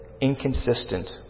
inconsistent